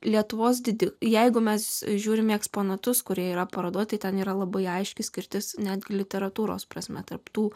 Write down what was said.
lietuvos dydį jeigu mes žiūrime į eksponatus kurie yra parodoje tai ten yra labai aiški skirtis netgi literatūros prasme tarp tų